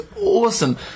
awesome